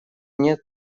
нет